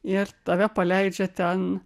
ir tave paleidžia ten